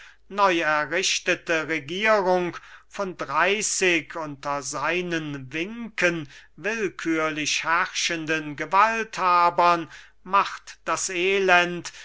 beschützte neuerrichtete regierung von dreyßig unter seinen winken willkührlich herrschenden gewalthabern macht das elend